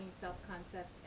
self-concept